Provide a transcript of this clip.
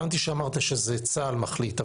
הבנתי שאמרת שזה צה"ל מחליט,